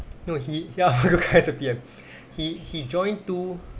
no he ya the guy is a P_M he he joined two